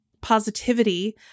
positivity